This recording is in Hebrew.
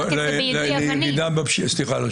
לירידה בפשיעה.